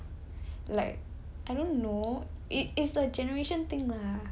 like I don't know it it's a generation thing lah